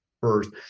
first